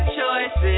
choices